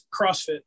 CrossFit